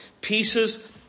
pieces